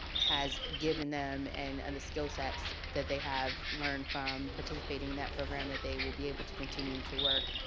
has given them and and the skillsets that they have learned from participating in that program that they will be able to continue to work